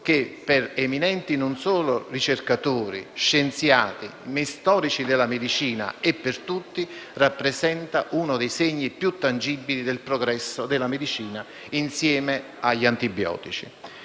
che, per eminenti ricercatori, scienziati, storici della medicina e per tutti, rappresentano uno dei segni più tangibili del progresso della medicina insieme agli antibiotici.